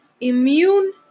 immune